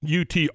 UT